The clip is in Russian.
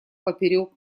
поперек